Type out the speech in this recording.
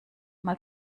mal